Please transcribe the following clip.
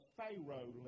Pharaoh